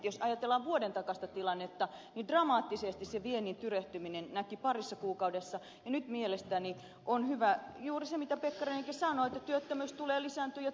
jos ajatellaan vuodentakaista tilannetta niin dramaattisesti se viennin tyrehtyminen näkyi parissa kuukaudessa ja nyt mielestäni on hyvä juuri se rehellisyys kuten pekkarinenkin sanoo että työttömyys tulee lisääntymään ja tilanne on paha